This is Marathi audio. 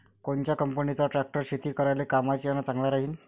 कोनच्या कंपनीचा ट्रॅक्टर शेती करायले कामाचे अन चांगला राहीनं?